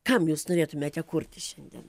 kam jūs norėtumėte kurti šiandien